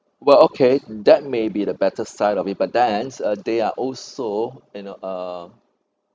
well okay that may be the better side of it but then uh they are also you know uh